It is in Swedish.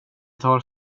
tar